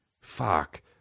fuck